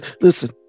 Listen